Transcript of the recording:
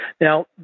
Now